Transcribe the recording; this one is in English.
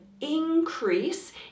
increase